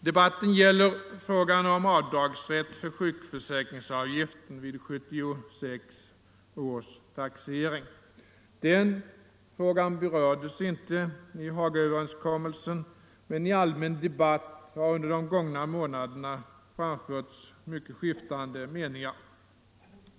Debatten gäller frågan om avdragsrätt för sjukförsäkringsavgiften vid 1976 års taxering. Den frågan berördes inte i Hagaöverenskommelsen, men i allmän debatt har under de gångna månaderna framförts mycket skiftande meningar.